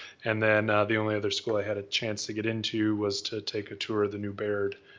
and then the only other school i had a chance to get into was to take a tour of the new baird.